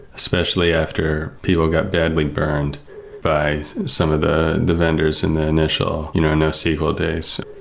especially after people got badly burned by some of the the vendors in the initial you know nosql days,